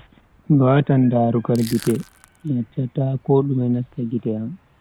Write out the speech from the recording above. Mi watan darugaal gite, mi acchata kodume nasta gite am.